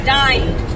dying